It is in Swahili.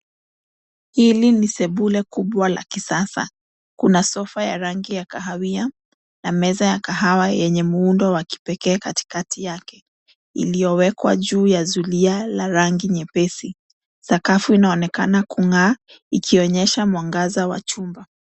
Hili ni sebule kubwa la kisasa. Kuna sofa ya rangi ya kahawia na meza ya kahawa yenye muundo wa kipekee katikati yake iliyowekwa juu ya zulia la rangi nyepesi. Sakafu inaonekana kung'aa ikionyesha mwangaza wa chumba.